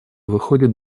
выходит